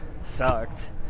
sucked